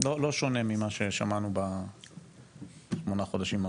לא שונה ממה ששמענו בשמונת החודשים האחרונים.